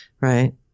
right